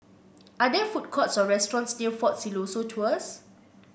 are there food courts or restaurants near Fort Siloso Tours